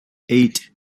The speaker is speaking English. eight